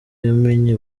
yamenye